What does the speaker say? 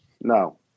no